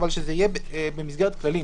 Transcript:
שזה יהיה במסגרת כללים,